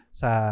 sa